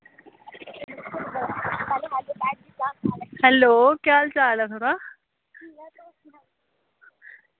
hello केह् हाल चाल ऐ थुआढ़ा